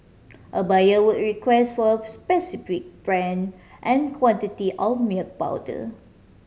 a buyer would request for a specific brand and quantity of milk powder